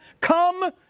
Come